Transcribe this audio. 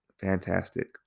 Fantastic